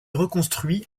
reconstruit